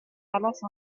alas